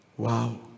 Wow